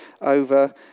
over